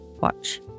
Watch